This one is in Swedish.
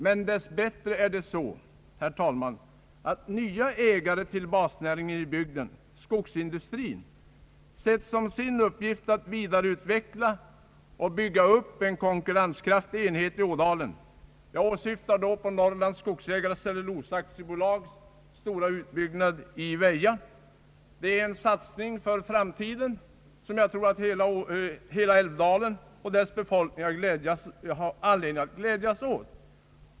Men dess bättre är det så, herr talman, att nya ägare till basnäringen i bygden — skogsindustrin — sett som sin uppgift att vidareutveckla och bygga upp en konkurrenskraftig enhet i Ådalen. Jag syftar på Norrlands skogsägares cellulosa AB:s stora utbyggnad i Väja. Det är en satsning för framtiden som jag tror att hela älvdalens befolkning har anledning att glädjas åt.